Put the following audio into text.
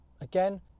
again